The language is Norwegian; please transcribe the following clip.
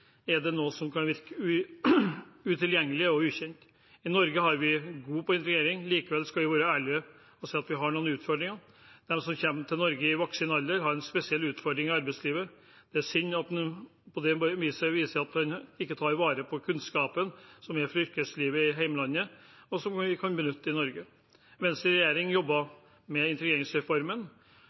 er det noe som kan virke utilgjengelig og ukjent. I Norge har vi vært gode på integrering. Likevel skal vi være ærlige å si at vi har noen utfordringer. De som kommer til Norge i voksen alder, har noen spesielle utfordringer i arbeidslivet. Det er synd at en på det viset viser at en ikke tar vare på kunnskapen fra yrkeslivet i hjemlandet – kunnskap vi kan benytte i Norge. Venstre i regjering jobbet med integreringsreformen,